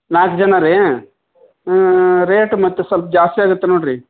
ನಾಲ್ಕು ಜನ ರೀ ರೇಟ್ ಮತ್ತು ಸಲ್ಪ ಜಾಸ್ತಿ ಆಗತ್ತೆ ನೋಡಿರಿ